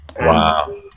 Wow